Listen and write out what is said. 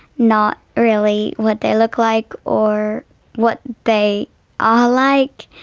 not really what they look like or what they are like.